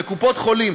קופות-חולים.